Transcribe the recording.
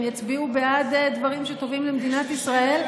יצביעו בעד דברים שטובים למדינת ישראל.